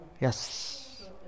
Yes